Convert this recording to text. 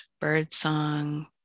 birdsong